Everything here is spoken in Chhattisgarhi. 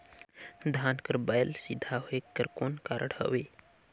धान कर बायल सीधा होयक कर कौन कारण हवे?